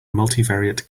multivariate